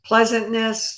pleasantness